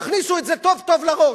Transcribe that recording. תכניסו את זה טוב טוב לראש.